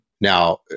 Now